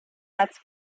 als